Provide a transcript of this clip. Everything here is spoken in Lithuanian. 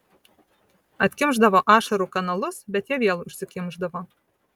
atkimšdavo ašarų kanalus bet jie vėl užsikimšdavo